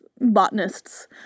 botanists